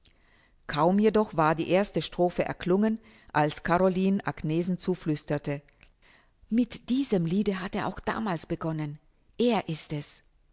kaum jedoch war die erste strophe erklungen als caroline agnesen zuflüsterte mit diesem liede hat er auch damals begonnen er ist es